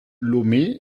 lomé